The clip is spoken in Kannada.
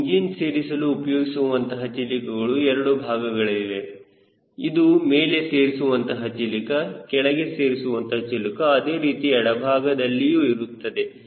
ಇವು ಇಂಜಿನ್ ಸೇರಿಸಲು ಉಪಯೋಗಿಸುವಂತಹ ಚಿಲಿಕಗಳುಎರಡು ಬಲಭಾಗದಲ್ಲಿ ಇದು ಮೇಲೆ ಸೇರಿಸುವಂತಹ ಚಿಲಿಕ ಕೆಳಗೆ ಸೇರಿಸುವಂತಹ ಚಿಲಿಕ ಅದೇ ರೀತಿ ಎಡಭಾಗದಲ್ಲಿಯು ಇರುತ್ತದೆ